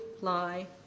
lie